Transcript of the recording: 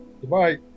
Goodbye